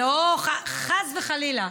לא, חס וחלילה.